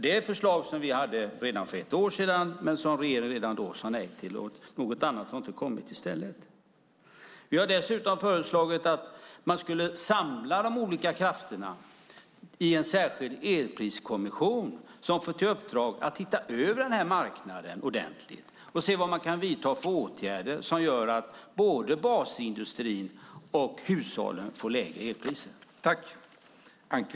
Det är förslag som vi lade fram för ett år sedan, men redan då sade regeringen nej till dem, och det har inte kommit något annat i stället. Vi har dessutom föreslagit att man skulle samla de olika krafterna i en särskild elpriskommission som skulle få i uppdrag att titta över den här marknaden ordentligt och se vilka åtgärder man kan vidta för att både basindustrin och hushållen ska få lägre elpriser.